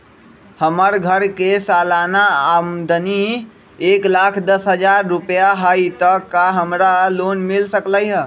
हमर घर के सालाना आमदनी एक लाख दस हजार रुपैया हाई त का हमरा लोन मिल सकलई ह?